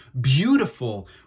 beautiful